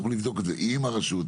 אנחנו נבדוק את זה עם הרשות,